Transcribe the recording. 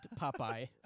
Popeye